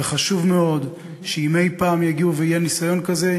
וחשוב מאוד שאם אי-פעם יהיה ניסיון כזה,